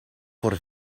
voor